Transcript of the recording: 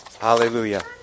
Hallelujah